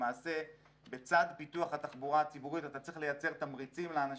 למעשה בצד פיתוח התחבורה הציבורית אתה צריך לייצר תמריצים לאנשים,